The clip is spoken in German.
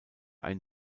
ein